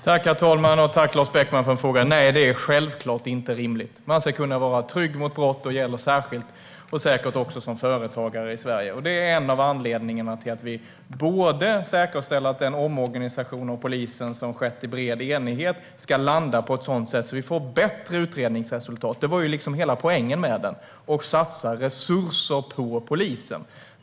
Herr talman! Tack för frågan, Lars Beckman! Nej, det är självklart inte rimligt. Man ska kunna vara trygg mot brott, och det gäller även företagare i Sverige. Det är en av anledningarna till att vi både säkerställer att den omorganisation inom polisen som har skett i bred enighet ska landa på ett sådant sätt att vi får bättre utredningsresultat - det var ju liksom hela poängen med den - och satsar resurser på polisen.